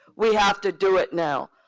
we have to do it now.